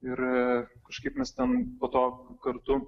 ir kažkaip mes ten po to kartu